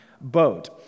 boat